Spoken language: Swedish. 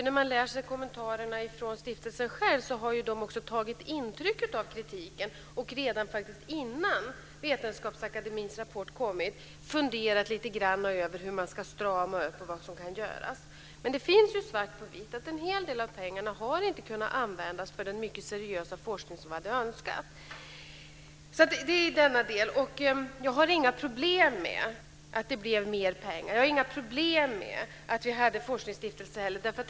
När man läser kommentarerna från stiftelsen själv har den tagit intryck av kritiken och redan innan Vetenskapsakademiens rapport kommit funderat lite grann över hur man ska strama upp och vad som kan göras. Men det finns ju svart på vitt att en hel del av pengarna inte har kunnat användas för den mycket seriösa forskning som vi hade önskat. Jag har inga problem med att det blev mer pengar. Jag har inga problem med att vi hade en forskningsstiftelse.